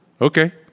Okay